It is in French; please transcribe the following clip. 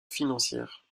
financières